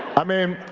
i mean,